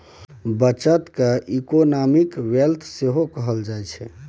बचत केँ economic wealth सेहो कहल जाइ छै